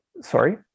Sorry